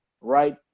Right